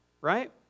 right